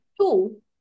two